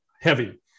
heavy